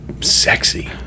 sexy